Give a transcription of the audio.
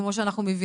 כמו שאנחנו מבינים.